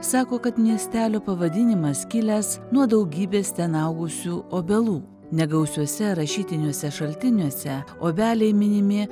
sako kad miestelio pavadinimas kilęs nuo daugybės ten augusių obelų negausiuose rašytiniuose šaltiniuose obeliai minimi